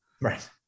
right